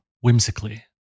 whimsically